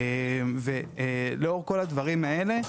שוב,